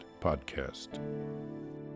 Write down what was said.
podcast